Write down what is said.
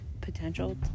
potential